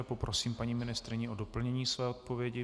Poprosím paní ministryni k doplnění své odpovědi.